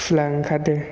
थुला ओंखारदों